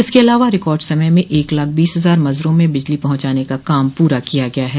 इसके अलावा रिकार्ड समय में एक लाख बीस हज़ार मज़रों में बिजली पहुंचाने का काम पूरा किया गया है